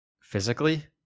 Physically